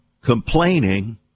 complaining